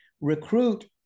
recruit